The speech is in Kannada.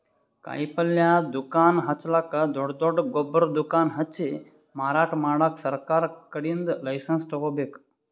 ಕಾಯಿಪಲ್ಯ ದುಕಾನ್ ಹಚ್ಚಲಕ್ಕ್ ದೊಡ್ಡ್ ದೊಡ್ಡ್ ಗೊಬ್ಬರ್ ದುಕಾನ್ ಹಚ್ಚಿ ಮಾರಾಟ್ ಮಾಡಕ್ ಸರಕಾರ್ ಕಡೀನ್ದ್ ಲೈಸನ್ಸ್ ತಗೋಬೇಕ್